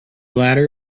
latter